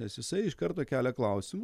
nes jisai iš karto kelia klausimą